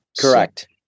Correct